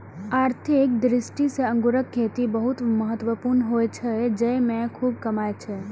आर्थिक दृष्टि सं अंगूरक खेती बहुत महत्वपूर्ण होइ छै, जेइमे खूब कमाई छै